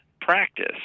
practice